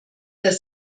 das